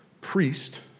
priest